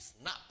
snap